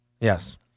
Yes